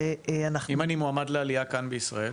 אם אני מועמד לעלייה כאן בישראל,